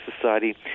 society